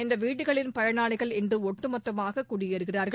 அந்த வீடுகளின் பயனாளிகள் இன்று ஒட்டுமொத்தமாக குடியேறுகிறா்கள்